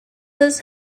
his